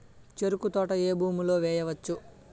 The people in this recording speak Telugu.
చెరుకు తోట ఏ భూమిలో వేయవచ్చు?